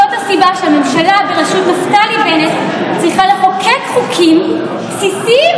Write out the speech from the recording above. זאת הסיבה שהממשלה בראשות נפתלי בנט צריכה לחוקק חוקים בסיסיים,